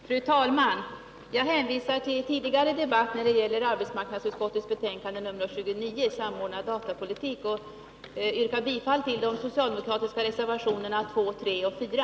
Fru talman! Jag hänvisar när det gäller arbetsmarknadsutskottets betänkande 29 om samordnad datapolitik till tidigare debatt och yrkar bifall till de socialdemokratiska reservationerna 2, 3 och 4.